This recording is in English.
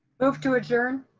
move to adjourn.